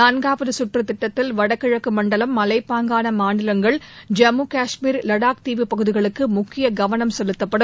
நாள்காவது குற்று திட்டத்தில் வடகிழக்கு மண்டலம் மலைப்பாங்கான மாநிலங்கள் ஜம்மு காஷ்மீர் லடாக் தீவுப்பகுதிகளுக்கு முக்கிய கவனம் செலுத்தப்படும்